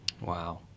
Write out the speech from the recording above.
Wow